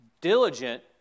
Diligent